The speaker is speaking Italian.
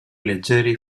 leggeri